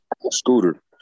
Scooter